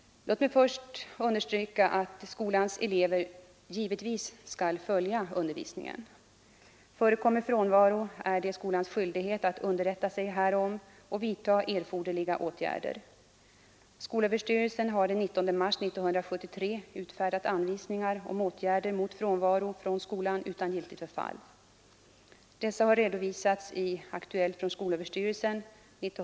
Låt mig först understryka att skolans elever givetvis skall följa undervisningen. Förekommer frånvaro, är det skolans skyldighet att underrätta sig härom och vidta erforderliga åtgärder. Skolöverstyrelsen har den 19 mars 1973 utfärdat anvisningar om åtgärder mot frånvaro från skolan utan giltigt förfall. Dessa har redovisats i Aktuellt från skolöverstyrelsen .